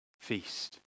feast